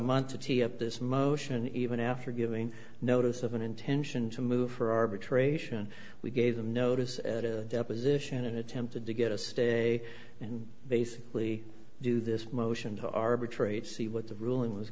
month to tee up this motion even after giving notice of an intention to move for arbitration we gave them notice at a deposition and attempted to get a stay and basically do this motion to arbitrate see what the ruling was